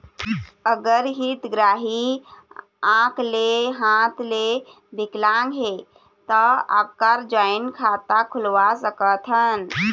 अगर हितग्राही आंख ले हाथ ले विकलांग हे ता ओकर जॉइंट खाता खुलवा सकथन?